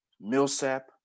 Millsap